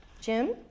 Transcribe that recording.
Jim